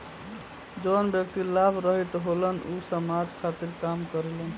जवन व्यक्ति लाभ रहित होलन ऊ समाज खातिर काम करेलन